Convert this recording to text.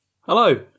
Hello